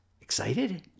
Excited